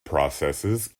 processes